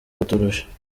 kuturusha